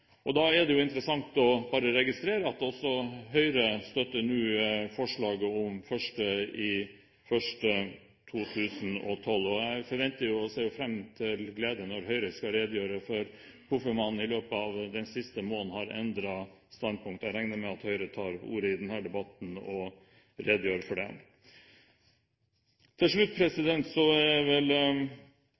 2011.» Da er det interessant å registrere at også Høyre nå støtter forslaget om 1. januar 2012. Jeg forventer jo – og ser med glede fram til – at Høyre skal redegjøre for hvorfor man i løpet av den siste måneden har endret standpunkt. Jeg regner med at Høyre tar ordet i denne debatten og redegjør for det. Til slutt: Alle er vel